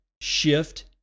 shift